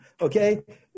okay